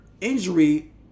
injury